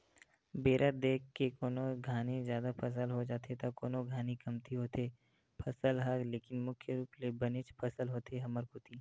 बेरा देख के कोनो घानी जादा फसल हो जाथे त कोनो घानी कमती होथे फसल ह लेकिन मुख्य रुप ले बनेच फसल होथे हमर कोती